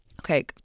okay